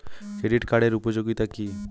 Credit কার্ডের উপযোগিতা কি?